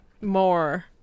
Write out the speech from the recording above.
more